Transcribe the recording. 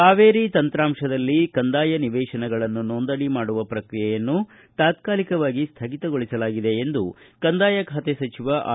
ಕಾವೇರಿ ತಂತ್ರಾಂಶದಲ್ಲಿ ಕಂದಾಯ ನಿವೇಶನಗಳನ್ನು ನೋಂದಣಿ ಮಾಡುವ ಪ್ರಕ್ರಿಯೆಯನ್ನು ತಾತಾಲಿಕವಾಗಿ ಸ್ವಗಿತಗೊಳಿಸಲಾಗಿದೆ ಎಂದು ಕಂದಾಯ ಖಾತೆ ಸಚಿವ ಆರ್